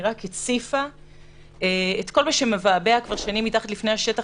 היא רק הציפה את כל מה שמבעבע שנים מתחת לפני השטח